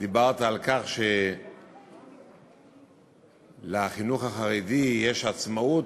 דיברת על כך שלחינוך החרדי יש עצמאות,